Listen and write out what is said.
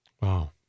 Wow